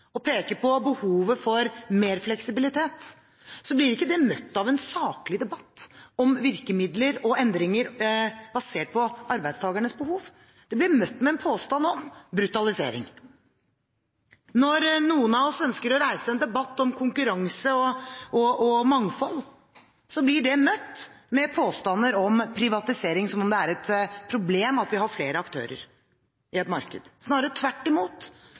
peke på behovet for mer fleksibilitet, blir dette ikke møtt av en saklig debatt om virkemidler og endringer basert på arbeidstakernes behov; det blir møtt med en påstand om brutalisering. Når noen av oss ønsker å reise en debatt om konkurranse og mangfold, blir det møtt med påstander om privatisering – som om det er et problem at vi har flere aktører i et marked. Snarere tvert imot